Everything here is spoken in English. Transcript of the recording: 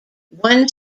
one